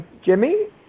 Jimmy